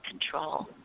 control